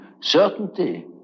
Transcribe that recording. certainty